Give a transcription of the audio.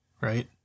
right